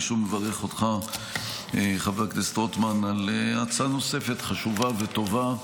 אני שוב מברך אותך חבר הכנסת רוטמן על הצעה נוספת חשובה וטובה,